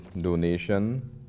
Donation